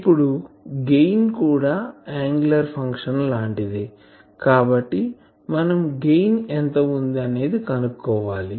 ఇప్పుడు గెయిన్ కూడా angular function లాంటిదే కాబట్టి మనం గెయిన్ ఎంత వుంది అనేది కనుక్కోవాలి